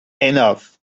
enough